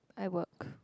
I work